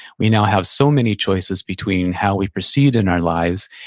we now have so many choices between how we proceed in our lives,